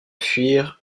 fuir